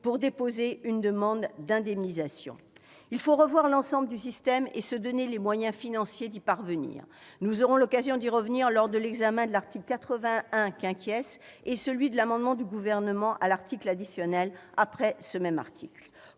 de déposer une demande d'indemnisation. Il faut revoir l'ensemble du système et nous donner les moyens financiers d'y parvenir. Nous aurons l'occasion d'y revenir lors de l'examen de l'article 81 et de l'amendement du Gouvernement tendant à insérer un article additionnel après ce même article.